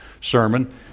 sermon